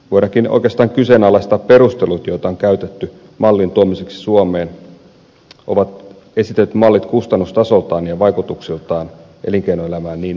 voidaankin oikeastaan kyseenalaistaa perustelut joita on käytetty mallin tuomiseksi suomeen esitetyt mallit ovat kustannustasoltaan ja vaikutuksiltaan elinkeinoelämään niin erilaiset